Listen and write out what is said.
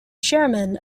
chairman